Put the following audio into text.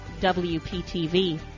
WPTV